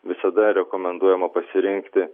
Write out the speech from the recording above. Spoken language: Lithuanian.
visada rekomenduojama pasirinkti